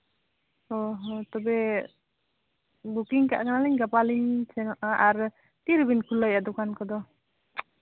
ᱦᱚᱸ ᱦᱮᱸ ᱛᱚᱵᱮ ᱵᱩᱠᱤᱝ ᱠᱟᱜ ᱠᱟᱱᱟᱞᱤᱧ ᱜᱟᱯᱟᱞᱤᱧ ᱥᱮᱱᱚᱜᱼᱟ ᱟᱨ ᱛᱤ ᱨᱮᱵᱤᱱ ᱠᱷᱩᱞᱟᱹᱣᱼᱟ ᱫᱚᱠᱟᱱ ᱠᱚᱫᱚ